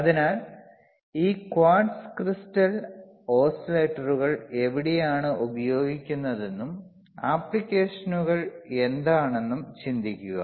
അതിനാൽ ഈ quartz crystal ഓസിലേറ്ററുകൾ എവിടെയാണ് ഉപയോഗിക്കുന്നതെന്നും ആപ്ലിക്കേഷനുകൾ എന്താണെന്നും ചിന്തിക്കുക